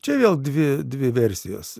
čia vėl dvi dvi versijos